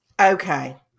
Okay